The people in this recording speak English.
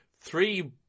three